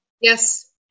Yes